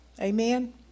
Amen